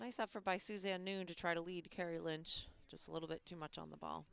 myself or by suzanne noone to try to lead carrie lynch just a little bit too much on the ball